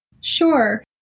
Sure